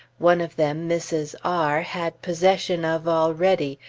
one of them mrs. r had possession of already,